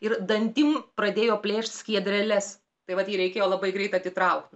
ir dantim pradėjo plėšt skiedreles tai vat jį reikėjo labai greit atitraukt